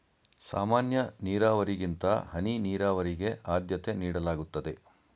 ಸಾಮಾನ್ಯ ನೀರಾವರಿಗಿಂತ ಹನಿ ನೀರಾವರಿಗೆ ಆದ್ಯತೆ ನೀಡಲಾಗುತ್ತದೆ